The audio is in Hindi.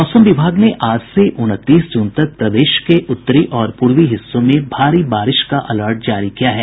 मौसम विभाग ने आज से उनतीस जून तक प्रदेश के उत्तरी और पूर्वी हिस्सों में भारी बारिश का अलर्ट जारी किया है